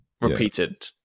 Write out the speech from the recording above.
repeated